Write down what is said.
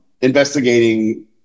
investigating